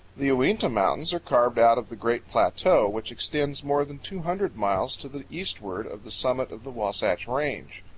the uinta mountains are carved out of the great plateau which extends more than two hundred miles to the eastward of the summit of the wasatch range.